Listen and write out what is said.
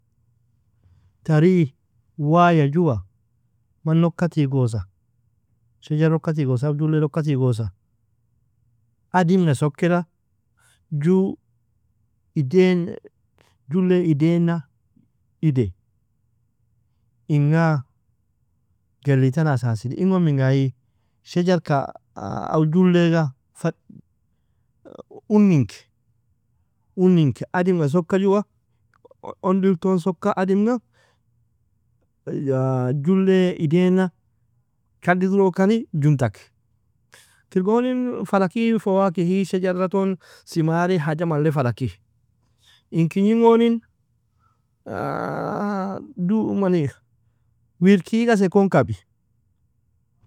Tari, waaya juwa mana ukka tigosa, shejara ukka tigosa aw julleil ukka tigosa, adim ga sokeda ju idain jullei idainna idai, inga jelly tan asasilin, ingon minga aie? Shejarka aw julleiga fa unin ke unin ke, adim ga soka jwa undil ton soka adim ga yan jullei idaina kada idrokani juntanke, kir goni fla ki fawakihi shajara ton thimari haja malle fla ki in. Kignin gonin mani wirkie gasig kabi.